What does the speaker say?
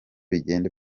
bigenda